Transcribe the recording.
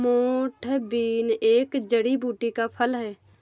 मोठ बीन एक जड़ी बूटी का फल है